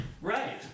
Right